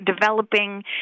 developing